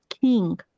king